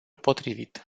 potrivit